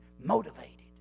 motivated